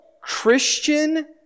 Christian